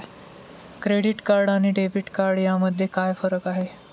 Credit card आणि debit card यामध्ये काय फरक आहे?